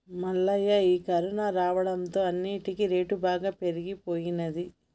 మల్లయ్య ఈ కరోనా రావడంతో అన్నిటికీ రేటు బాగా పెరిగిపోయినది